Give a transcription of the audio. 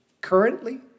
Currently